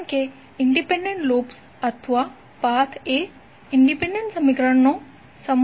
કારણ કે independent loops અથવા પાથ એ ઇંડિપેન્ડન્ટ સમીકરણોના સમૂહમાં પરિણમે છે